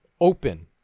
open